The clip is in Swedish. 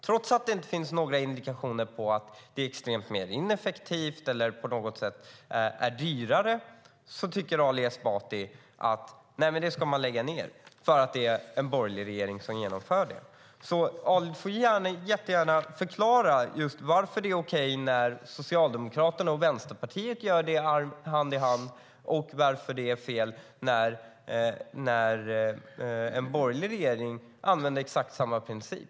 Trots att det inte finns några indikationer på att det är extremt ineffektivt eller på något sätt dyrare tycker Ali Esbati att man ska lägga ned det här - eftersom det är en borgerlig regering som genomför det. Ali, du får jättegärna förklara varför det är okej när Socialdemokraterna och Vänsterpartiet gör det hand i hand och varför det är fel när en borgerlig regering använder exakt samma princip.